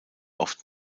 oft